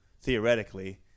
Theoretically